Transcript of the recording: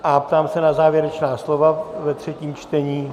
A ptám se na závěrečná slova ve třetím čtení.